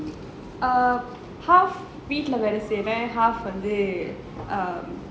err half வீட்ல வேலை செய்வேன்:veetla velai seivaen half வந்து:vanthu um